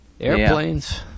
Airplanes